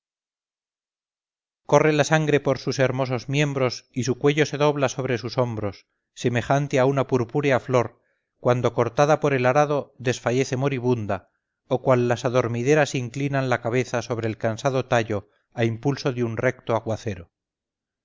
corre la sangre por sus hermosos miembros y su cuello se dobla sobre sus hombros semejante a una purpúrea flor cuando cortada por el arado desfallece moribunda o cual las adormideras inclinan la cabeza sobre el cansado tallo a impulso de un recto aguacero